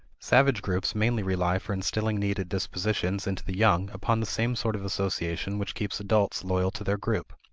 savage groups mainly rely for instilling needed dispositions into the young upon the same sort of association which keeps adults loyal to their group.